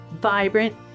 vibrant